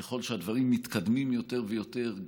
וככל שהדברים מתקדמים יותר ויותר,